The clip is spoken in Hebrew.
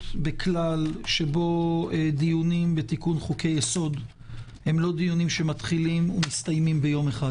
בכלל שבו דיונים בתיקון חוקי יסוד הם לא מתחילים ומסתיימים ביום אחד